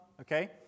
Okay